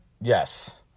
Yes